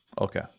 Okay